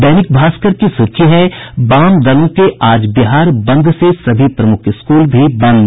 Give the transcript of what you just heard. दैनिक भास्कर की सुर्खी है वाम दलों के आज बिहार बंद से सभी प्रमुख स्कूल भी बंद